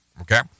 Okay